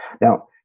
Now